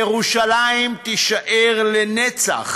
ירושלים תישאר לנצח